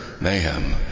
mayhem